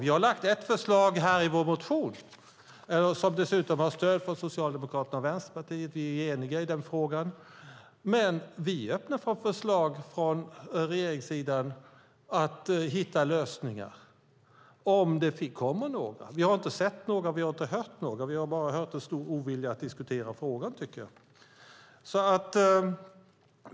Vi har ett förslag i vår motion som dessutom har stöd från Socialdemokraterna och Vänsterpartiet. Vi är eniga i den frågan. Men vi är också öppna för förslag från regeringssidan för att hitta lösningar, om det kommer några. Vi har inte sett eller hört några. Vi har bara hört en stor ovilja att diskutera frågan.